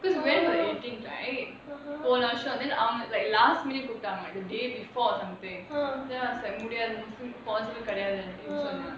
because we went for the eighteenth right போன வருஷம் வந்து:pona varusham vanthu then அவங்க:avanga last minute முடியாது:mudiyaathu like the day before or something then I was like possible கெடயாதுனு சொன்னேன்:kedayaathunu sonnaen